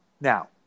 now